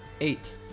Eight